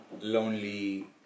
lonely